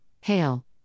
Hail